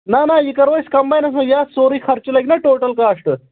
نَہ نَہ یہِ کَرو أسۍ کَمباینَس منٛز یہِ اَتھ سورُے خرچہٕ لَگنَہ ٹوٹَل کاسٹ